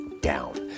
down